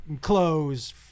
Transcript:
clothes